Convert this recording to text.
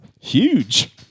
huge